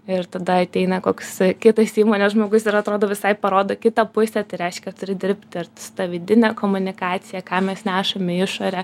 ir tada ateina koks kitas įmonės žmogus ir atrodo visai parodo kitą pusę tai reiškia turi dirbti r tą vidinę komunikaciją ką mes nešam į išorę